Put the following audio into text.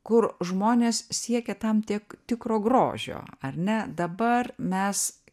kur žmonės siekia tam tiek tikro grožio ar ne dabar mes